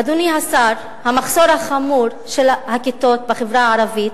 אדוני השר, המחסור החמור של הכיתות בחברה הערבית,